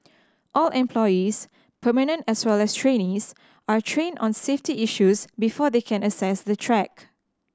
all employees permanent as well as trainees are trained on safety issues before they can access the track